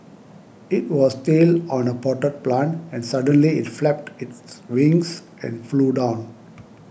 it was still on a potted plant and suddenly it flapped its wings and flew down